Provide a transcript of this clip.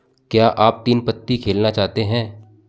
क्या आप तीन पत्ती खेलना चाहते हैं